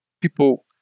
People